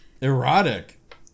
Erotic